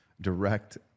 direct